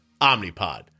Omnipod